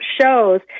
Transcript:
shows